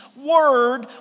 Word